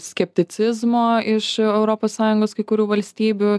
skepticizmo iš europos sąjungos kai kurių valstybių